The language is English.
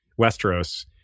Westeros